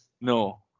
No